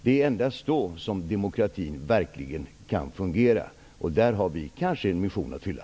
Det är endast då som demokratin verkligen kan fungera. Där har vi kanske en mission att fylla.